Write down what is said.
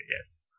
yes